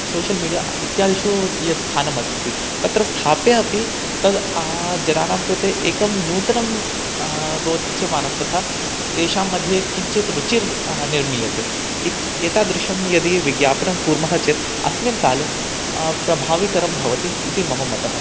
social media इत्यादिषु यत् स्थानम् अस्ति तत्र स्थाप्य अपि तद् जनानां कृते एकं नूतनं रोचमानं तथा तेषाम्मध्ये किञ्चित् रुचिः अह इत् निर्मीयते एतादृशं यदि विज्ञापनं कुर्मः चेत् अस्मिन् काले प्रभावकरं भवति इति मम मतः